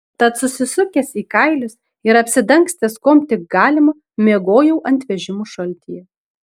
tad susisukęs į kailius ir apsidangstęs kuom tik galima miegojau ant vežimų šaltyje